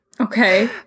Okay